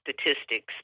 statistics